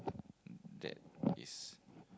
that is